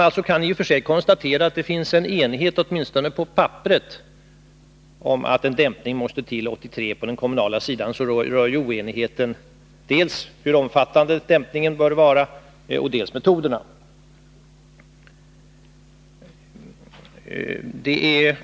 Vi kan konstatera att det finns en enighet åtminstone på papperet om att en dämpning måste till 1983 på den kommunala sidan. Oenigheten gäller dels hur omfattande dämpningen bör vara, dels metoderna.